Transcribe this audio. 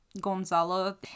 Gonzalo